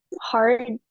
hard